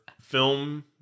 film